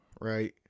right